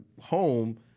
home